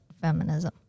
feminism